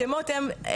השמות הם,